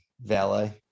valet